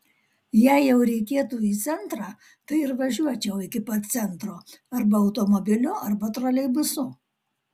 jei jau reikėtų į centrą tai ir važiuočiau iki pat centro arba automobiliu arba troleibusu